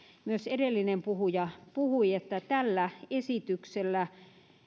myös edellinen puhuja puhui että käytännössä tällä esityksellä